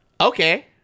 okay